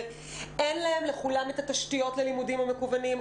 אין לכולם את התשתיות ללימודים המקוונים.